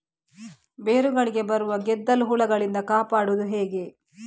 ಬೇರುಗಳಿಗೆ ಬರುವ ಗೆದ್ದಲು ಹುಳಗಳಿಂದ ಕಾಪಾಡುವುದು ಹೇಗೆ?